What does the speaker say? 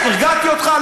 הרגעתי אותך,